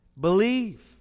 Believe